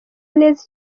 neza